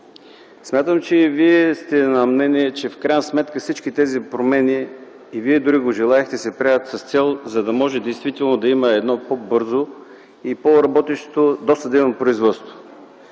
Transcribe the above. Смятам, че Вие сте на мнение, че в крайна сметка всички тези промени – и Вие дори го желаехте, се правят с цел да може действително да има едно по-бързо и по-работещо досъдебно производство.